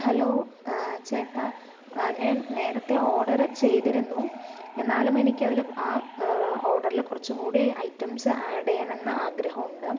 hello ചേട്ടാ ഞാൻ നേരത്തെ ഓർഡർ ചെയ്തിരുന്നു എന്നാലും എനിക്ക് അതില് ആ ഓർഡറില് കുറച്ചും കൂടി ഐറ്റംസ് ഏഡ് ചെയ്യണം എന്ന് ആഗ്രഹമുണ്ട്